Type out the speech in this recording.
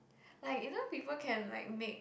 like even people can like make